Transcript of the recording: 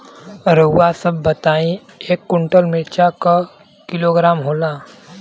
रउआ सभ बताई एक कुन्टल मिर्चा क किलोग्राम होला?